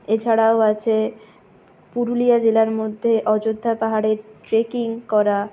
এছাড়াও আছে পুরুলিয়া জেলার মধ্যে অযোধ্যা পাহাড়ে ট্রেকিং করা